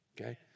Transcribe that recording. okay